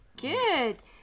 Good